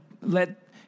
let